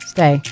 Stay